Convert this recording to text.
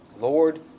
Lord